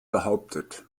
behauptet